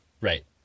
Right